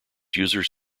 users